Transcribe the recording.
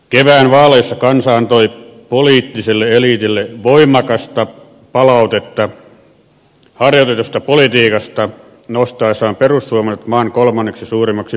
kevään vaaleissa kansa antoi poliittiselle eliitille voimakasta palautetta harjoitetusta politiikasta nostaessaan perussuomalaiset maan kolmanneksi suurimmaksi puolueeksi